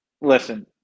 listen